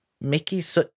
Mickey's